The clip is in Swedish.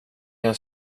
jag